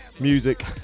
music